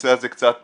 הנושא הזה קצת